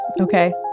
okay